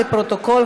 לפרוטוקול,